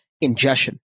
ingestion